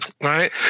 right